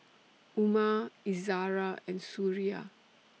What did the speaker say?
Umar Izzara and Suria